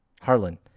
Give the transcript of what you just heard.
Harlan